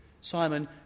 Simon